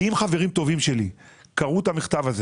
כי חברים טובים שלי קראו את המכתב הזה